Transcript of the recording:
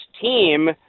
team